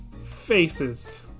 Faces